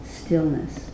stillness